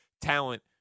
talent